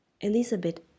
Elizabeth